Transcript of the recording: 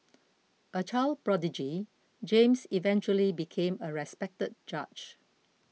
a child prodigy James eventually became a respected judge